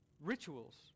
rituals